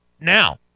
Now